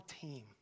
team